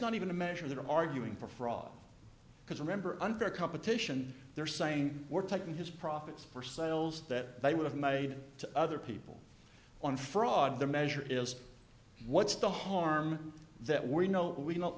not even a measure that i'm arguing for fraud because remember unfair competition they're saying we're taking his profits for sales that they would have made to other people on fraud the measure is what's the harm that we know we know